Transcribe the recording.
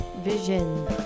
vision